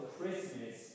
Christmas